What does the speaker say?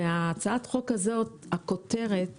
כותרת